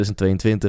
2022